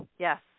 Yes